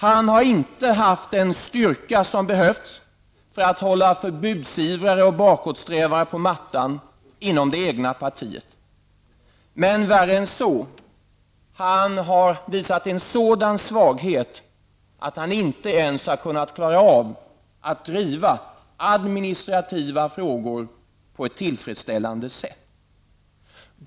Han har inte haft den styrka som behövts för att hålla förbudsivrare och bakåtsträvare på mattan inom det egna partiet. Han har även visat en sådan svaghet att han inte ens har klarat av att driva administrativa frågor på ett tillfredsställande sätt.